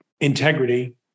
integrity